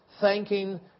thanking